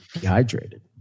dehydrated